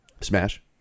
Smash